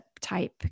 type